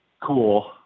cool